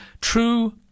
true